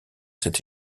cet